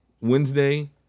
Wednesday